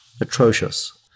atrocious